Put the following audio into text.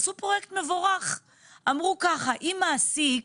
עשו פרויקט מבורך, אמרו ככה: אם מעסיק